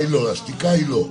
השתיקה היא לא.